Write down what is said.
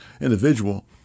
individual